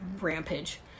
rampage